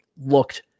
looked